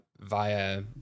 via